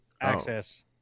Access